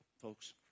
folks